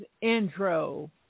intro